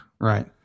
Right